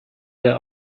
their